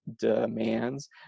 demands